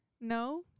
No